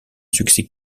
succès